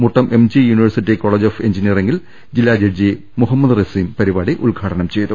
Muttom MG university college of എഞ്ചിനിയറിങ്ങിൽ ജില്ലാ ജഡ്ജി മുഹമ്മദ് റസീം പരിപാടി ഉദ്ഘാടനം ചെയ്തു